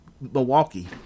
Milwaukee